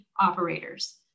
operators